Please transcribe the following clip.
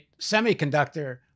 semiconductor